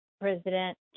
President